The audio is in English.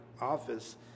office